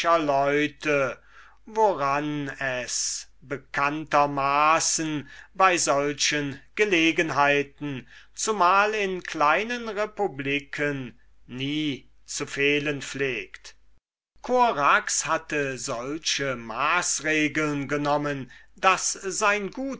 leute woran es bekanntermaßen bei solchen gelegenheiten zumal in kleinen republiken nie zu fehlen pflegt korax hatte solche maßregeln genommen daß sein